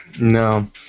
no